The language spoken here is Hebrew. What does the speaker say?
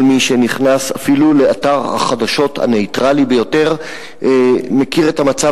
כל מי שנכנס אפילו לאתר החדשות הנייטרלי ביותר מכיר את המצב